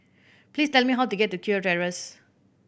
please tell me how to get to Kew Terrace